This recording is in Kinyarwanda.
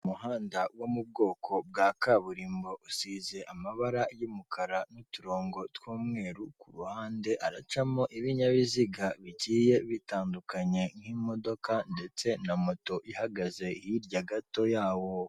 Umuhanda wo mu bwoko bwa kaburimbo usize amabara y'umukara n'uturongo tw'umweru kuruhande haracamo ibinyabiziga bigiye bitandukanye nk'imodoka ndetse na moto ihagaze hirya gato yawo.